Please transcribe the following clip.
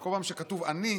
כל פעם שכתוב "אני",